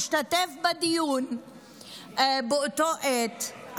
השתתף בדיון באותה עת,